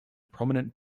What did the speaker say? prominent